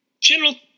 General